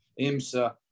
IMSA